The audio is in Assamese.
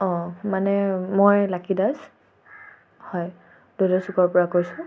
অঁ মানে মই লাকি দাস হয় চুকৰ পৰা কৈছোঁ